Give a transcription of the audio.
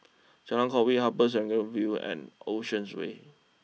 Jalan Kwok Min Upper Serangoon view and Oceans way